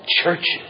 churches